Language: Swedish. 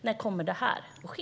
När kommer det att ske?